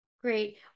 Great